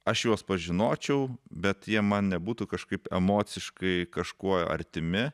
aš juos pažinočiau bet jie man nebūtų kažkaip emociškai kažkuo artimi